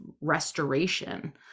restoration